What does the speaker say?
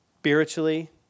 spiritually